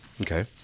Okay